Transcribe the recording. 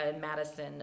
madison